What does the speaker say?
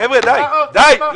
חבר'ה, די.